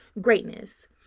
Greatness